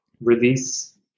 release